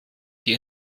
die